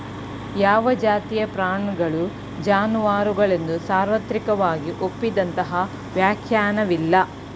ಯಾವ ಜಾತಿಯ ಪ್ರಾಣಿಗಳು ಜಾನುವಾರುಗಳೆಂದು ಸಾರ್ವತ್ರಿಕವಾಗಿ ಒಪ್ಪಿದಂತಹ ವ್ಯಾಖ್ಯಾನವಿಲ್ಲ